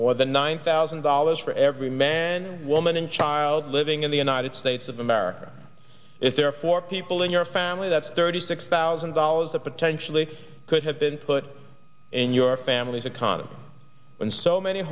more than nine thousand dollars for every man woman and child living in the united states of america is there for people in your family that's thirty six thousand dollars that potentially could have been put in your family's economy when so many